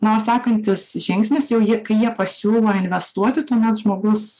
na o sekantis žingsnis jau ji kai jie pasiūlo investuoti tuomet žmogus